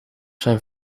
zijn